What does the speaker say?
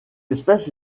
espèce